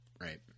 Right